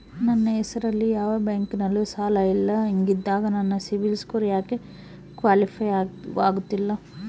ನನ್ನ ಹೆಸರಲ್ಲಿ ಯಾವ ಬ್ಯಾಂಕಿನಲ್ಲೂ ಸಾಲ ಇಲ್ಲ ಹಿಂಗಿದ್ದಾಗ ನನ್ನ ಸಿಬಿಲ್ ಸ್ಕೋರ್ ಯಾಕೆ ಕ್ವಾಲಿಫೈ ಆಗುತ್ತಿಲ್ಲ?